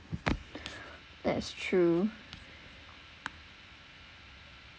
that's true